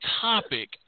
topic